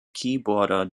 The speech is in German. keyboarder